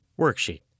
worksheet